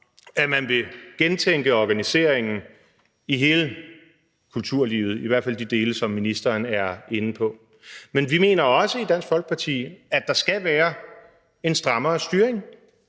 at man vil gentænke organiseringen i hele kulturlivet, i hvert fald de dele, som ministeren er inde på. Men vi mener også i Dansk Folkeparti, at der skal være en strammere styring,